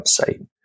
website